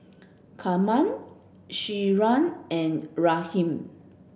Carma Shira and Raheem